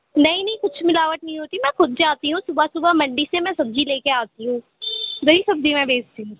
نہیں نہیں کچھ ملاوٹ نہیں ہوتی میں خود جاتی ہوں صبح صبح منڈی سے میں سبزی لے کے آتی ہوں وہی سبزی میں بیچتی ہوں